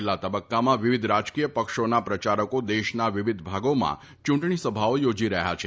છેલ્લા તબકકામાં વિવિધ રાજકીય પક્ષોના લોકપ્રિય પ્રચારકો દેશના વિવિધ ભાગોમાં ચુંટણી સભાઓ યોજી રહયાં છે